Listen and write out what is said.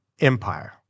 empire